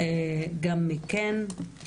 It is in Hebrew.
גם מכן,